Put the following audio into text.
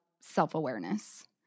self-awareness